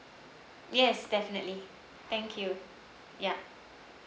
yes definitely thank you ya